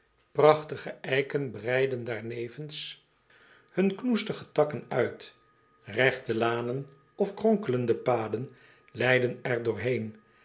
prachtige eiken breiden daarnevens hun knoestige takken uit regte lanen of kronkelende paden leiden er